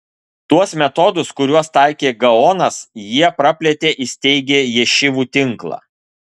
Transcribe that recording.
tuos metodus kuriuos taikė gaonas jie praplėtė įsteigę ješivų tinklą